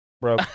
Bro